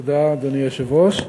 אדוני היושב-ראש,